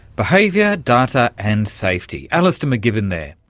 behaviour, data and safety. alistair macgibbon there.